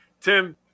Tim